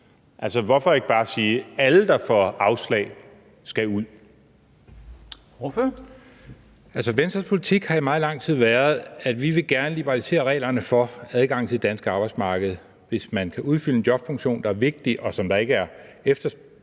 Ordføreren. Kl. 16:26 Mads Fuglede (V): Venstres politik har i meget lang tid været, at vi gerne vil liberalisere reglerne for adgangen til det danske arbejdsmarked, hvis man kan udfylde en jobfunktion, der er vigtig, og hvor udbuddet fra